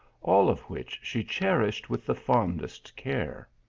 all of which she cherished with the fondest care.